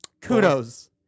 Kudos